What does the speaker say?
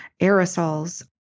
aerosols